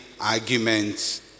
arguments